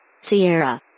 Sierra